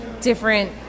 different